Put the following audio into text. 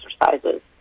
exercises